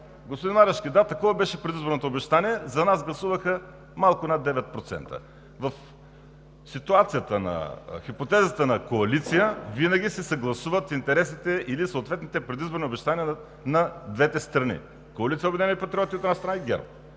Господин Марешки, да, такова беше предизборното обещание. За нас гласуваха малко над 9%. В хипотезата на коалиция винаги се съгласуват интересите или съответните предизборни обещания на двете страни – коалиция „Обединени патриоти“, от една страна, и ГЕРБ.